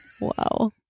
Wow